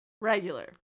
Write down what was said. regular